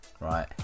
right